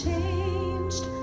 changed